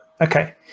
okay